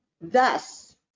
thus